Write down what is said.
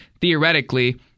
theoretically